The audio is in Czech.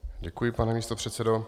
Děkuji, pane místopředsedo.